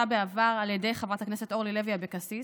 בעבר על ידי חברת הכנסת אורלי לוי אבקסיס,